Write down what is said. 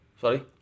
Sorry